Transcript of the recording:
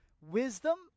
wisdom